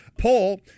poll